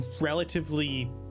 relatively